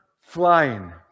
flying